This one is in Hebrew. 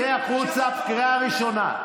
חבר הכנסת טופורובסקי, שב, בבקשה.